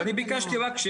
אז אני ביקשתי רק,